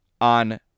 on